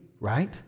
right